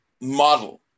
model